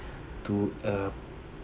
to a